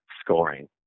scoring